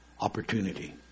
opportunity